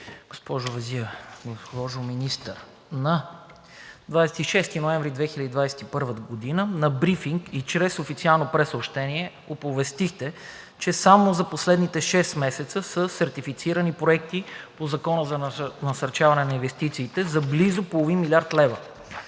госпожо Везиева! Госпожо Министър, на 26 ноември 2021 г. на брифинг и чрез официално прессъобщение оповестихте, че само за последните шест месеца са сертифицирани проекти по Закона за насърчаване на инвестициите за близо половин милиард лева.